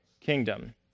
kingdom